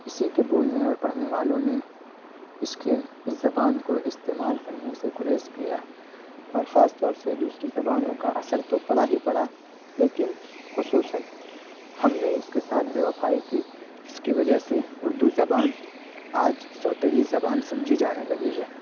اسی کے بولنے اور پڑھنے والوں نے اس کی زبان کو استعمال کرنے سے گریز کیا اور خاص طور سے دوسری زبانوں کا اثر تو پڑا ہی پڑا لیکن خصوصاََ ہم نے اس کے ساتھ بے وفائی کی جس کی وجہ سے اردو زبان آج سوتیلی زبان سمجھی جانے لگی ہے